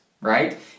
right